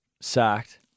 sacked